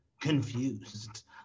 confused